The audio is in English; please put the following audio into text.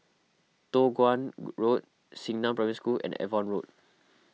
Toh Guan Road Xingnan Primary School and Avon Road